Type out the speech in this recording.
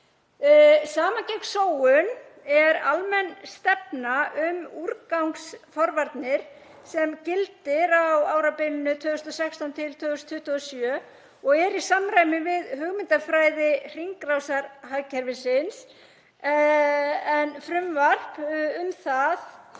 Saman gegn sóun er almenn stefna um úrgangsforvarnir sem gildir á árabilinu 2016–2027 og er í samræmi við hugmyndafræði hringrásarhagkerfisins en frumvarp um það